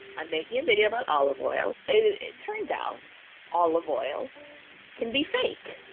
i'm making a video about olive oil. it turns out olive oil can be fake.